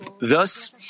Thus